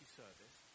service